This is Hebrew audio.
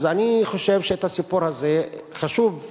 אז אני חושב שאת הסיפור הזה חשוב לסיים,